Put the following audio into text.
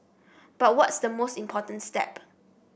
but what's the most important step